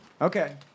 Okay